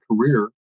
career